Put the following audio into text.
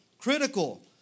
Critical